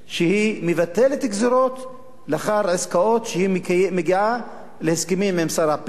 שהיא מבטלת גזירות לאחר עסקאות והיא מגיעה להסכמים עם שר הפנים,